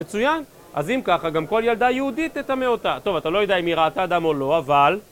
מצוין. אז אם ככה גם כל ילדה יהודית תטמא אותה. טוב, אתה לא יודע אם היא ראתה אדם או לא, אבל...